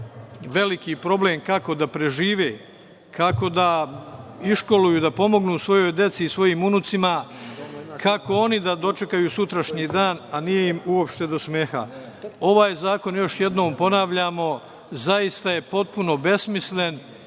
veliki problem kako da prežive, kako da iškoluju, da pomognu svojoj deci i svojim unucima, kako oni da dočekaju sutrašnji dan, i nije im uopšte do smeha. Ovaj zakon, još jednom ponavljamo, zaista je potpuno besmislen